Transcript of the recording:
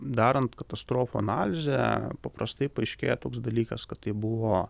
darant katastrofų analizę paprastai paaiškėja toks dalykas kad tai buvo